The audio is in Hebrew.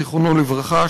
זיכרונו לברכה,